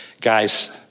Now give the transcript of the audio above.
guys